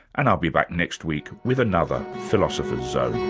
and i'll be back next week with another philosopher's zone